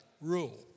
rule